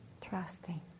trusting